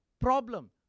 problem